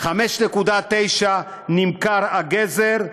5.90 נמכר הגזר,